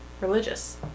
religious